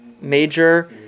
major